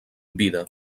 vida